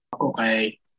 Okay